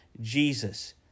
Jesus